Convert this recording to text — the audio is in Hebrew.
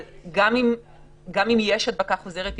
אבל גם אם יש הדבקה חוזרת,